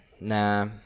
Nah